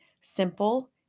simple